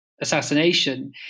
assassination